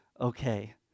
Okay